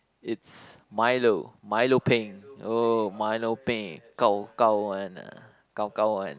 it's milo milo peng oh milo peng gao gao one ah gao gao one